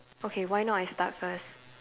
okay why not I start first